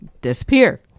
disappear